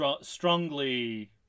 strongly